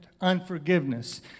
unforgiveness